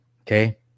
okay